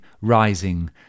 rising